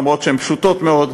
למרות שהן פשוטות מאוד,